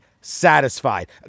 satisfied